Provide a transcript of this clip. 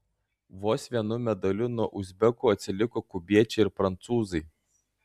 vos vienu medaliu nuo uzbekų atsiliko kubiečiai ir prancūzai